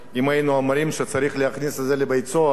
אם היינו אומרים שצריך להכניס על זה לבית-סוהר,